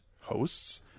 hosts